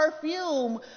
perfume